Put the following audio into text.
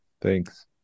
Thanks